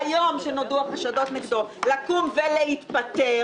ביום שנודעו החשדות נגדו לקום ולהתפטר,